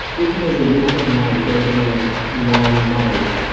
if it was a winter night or even a long night,